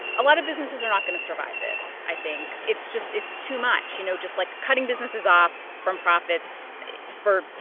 a lot of businesses are not going to survive this. i think it's just it's too much. you know, just like, cutting businesses off from profits for,